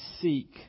seek